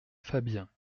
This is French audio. fabien